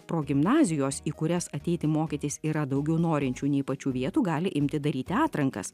progimnazijos į kurias ateiti mokytis yra daugiau norinčių nei pačių vietų gali imti daryti atrankas